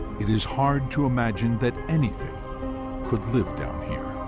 it is hard to imagine that anything could live down here.